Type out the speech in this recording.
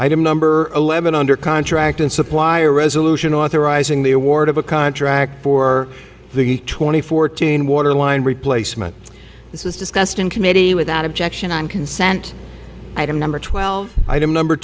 item number eleven under contract and supplier resolution authorizing the award of a contract for the twenty fourteen waterline replacement this was discussed in committee without objection on consent item number twelve item number